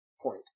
point